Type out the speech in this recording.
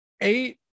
eight